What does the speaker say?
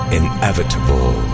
inevitable